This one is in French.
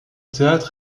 théâtre